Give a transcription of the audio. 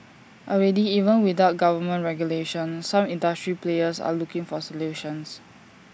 already even without government regulation some industry players are looking for solutions